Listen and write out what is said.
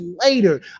later